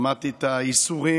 שמעתי את הייסורים